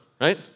right